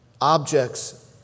objects